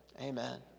Amen